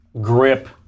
Grip